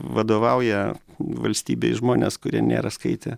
vadovauja valstybei žmonės kurie nėra skaitę